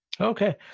Okay